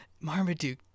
Marmaduke